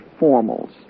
formals